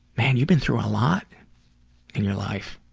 man you've been through a lot in your life.